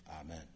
Amen